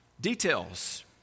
details